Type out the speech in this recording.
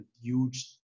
huge